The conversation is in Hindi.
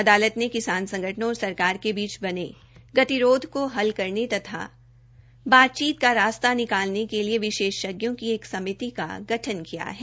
अदालत ने किसान संगठनों और सरकार के बीच बने गतिरोध को हल करने तथा बातचीत का रास्ता निकालने के लिए विशेषजों की एक समिति का भी गठन किया है